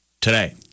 today